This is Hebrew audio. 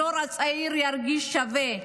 הדור הצעיר ירגיש שווה.